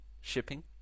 shipping